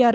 R